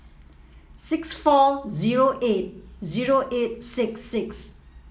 six four zero eight zero eight six six